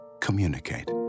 communicate